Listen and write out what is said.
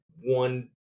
one